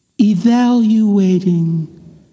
evaluating